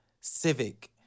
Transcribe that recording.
Civic